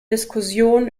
diskussion